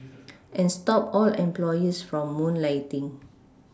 and stop all employees from moonlighting